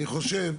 אני חושב,